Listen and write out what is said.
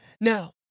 Now